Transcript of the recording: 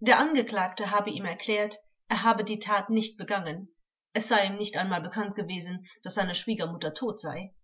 der angeklagte habe ihm erklärt er habe die tat nicht begangen es sei ihm nicht einmal bekannt gewesen daß seine schwiegermutter tot sei